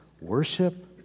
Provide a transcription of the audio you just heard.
worship